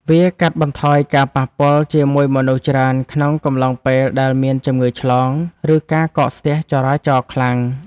វាកាត់បន្ថយការប៉ះពាល់ជាមួយមនុស្សច្រើនក្នុងកំឡុងពេលដែលមានជំងឺឆ្លង ឬការកកស្ទះចរាចរណ៍ខ្លាំង។